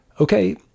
Okay